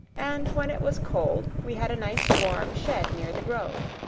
and when it was cold we had a nice warm shed near the grove.